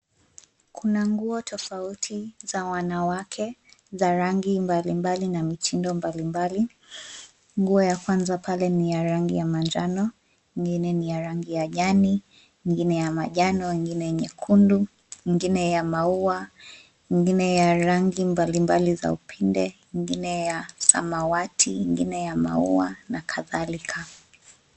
Kuna nguo tofauti za wanawake za rangi mbalimbali na mitindo mbalimbali. Nguo ya kwanza pale ni ya rangi ya manjano, ingine ya rangi jani, ingine ya majano ingine, nyekundu, ingine ya maua, ingine ya rangi mbali mbali za upinde, ingine ya samawati, ingine ya maua na kadhalika.